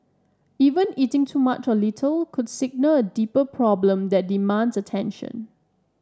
even eating too much or little could signal a deeper problem that demands attention